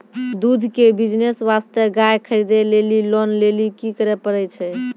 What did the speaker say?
दूध के बिज़नेस वास्ते गाय खरीदे लेली लोन लेली की करे पड़ै छै?